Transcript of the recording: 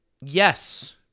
Yes